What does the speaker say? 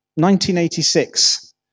1986